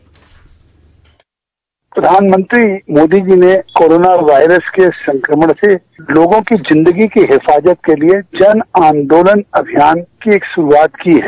bite प्रधानमंत्री मोदी जी ने corona virus के संकमण लोगों की जिंदगी की हिफाजत के लिए जन आन्दोलन अभियान की शुरूआत की है